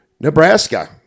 Nebraska